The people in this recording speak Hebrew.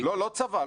לא, לא צבא.